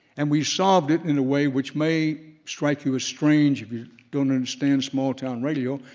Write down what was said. and we solved it in a way which may strike you as strange if you don't understand small town radio,